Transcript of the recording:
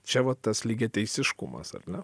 čia va tas lygiateisiškumas ar ne